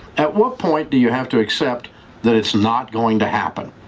at what point do you have to accept that it's not going to happen?